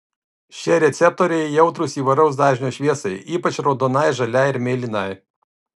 šie receptoriai jautrūs įvairaus dažnio šviesai ypač raudonai žaliai ir mėlynai